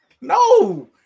No